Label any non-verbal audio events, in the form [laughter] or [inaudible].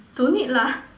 don't need lah [breath]